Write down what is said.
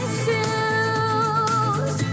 shoes